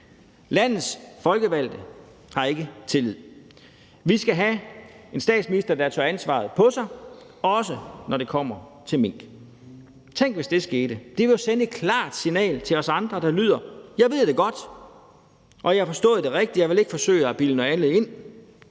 Landets folkevalgte nyder ikke tillid. Vi skal have en statsminister, der tager ansvaret på sig, også når det kommer til mink. Tænk, hvis det skete. Det ville sende et klart signal til os andre, der lyder: Jeg ved det godt, og I har forstået det rigtigt, og jeg vil ikke forsøge at bilde jer noget andet ind;